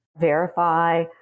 verify